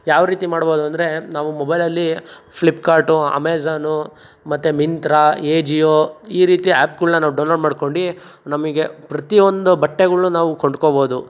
ಯಾವರೀತಿ ಮಾಡ್ಬೌದು ಅಂದರೆ ನಾವು ಮೊಬೈಲಲ್ಲಿ ಫ್ಲಿಪ್ಕಾರ್ಟು ಅಮೇಝಾನು ಮತ್ತು ಮಿಂತ್ರಾ ಎಜಿಯೋ ಈ ರೀತಿ ಆ್ಯಪ್ಗಳ್ನು ನಾವು ಡೌನ್ ಲೋಡ್ ಮಾಡ್ಕೊಂಡು ನಮಗೆ ಪ್ರತಿಯೊಂದು ಬಟ್ಟೆಗಳನ್ನು ನಾವು ಕೊಂಡ್ಕೊಬೋದು